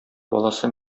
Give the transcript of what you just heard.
баласы